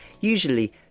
usually